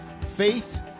faith